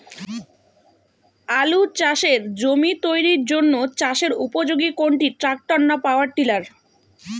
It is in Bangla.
আলু চাষের জমি তৈরির জন্য চাষের উপযোগী কোনটি ট্রাক্টর না পাওয়ার টিলার?